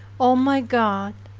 o my god,